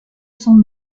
son